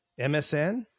MSN